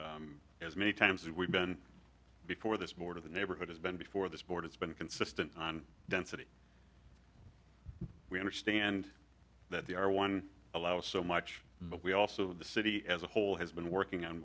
him as many times we've been before this board of the neighborhood has been before this board has been consistent on density we understand that they are one allows so much but we also the city as a whole has been working on